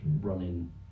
running